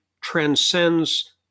transcends